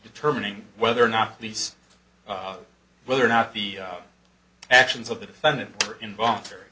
determining whether or not these whether or not the actions of the defendant or involuntary